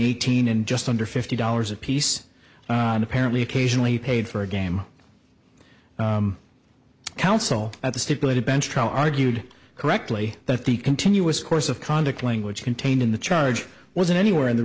eighteen and just under fifty dollars apiece and apparently occasionally paid for a game counsel at the stipulated bench trial argued correctly that the continuous course of conduct language contained in the charge wasn't anywhere in the